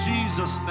Jesus